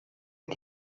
mit